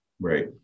Right